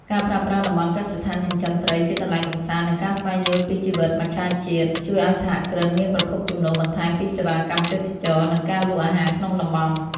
ការប្រើប្រាស់តំបន់កសិដ្ឋានចិញ្ចឹមត្រីជាកន្លែងកម្សាន្ត និងការស្វែងយល់ពីជីវិតមច្ឆជាតិ ជួយឱ្យសហគ្រិនមានប្រភពចំណូលបន្ថែមពីសេវាកម្មទេសចរណ៍ និងការលក់អាហារក្នុងតំបន់។